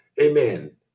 Amen